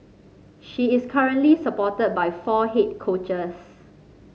she is currently supported by four head coaches